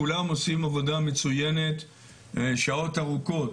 כולם עושים עבודה מצוינת, שעות ארוכות.